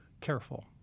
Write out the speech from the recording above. careful